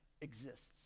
exists